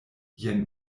jen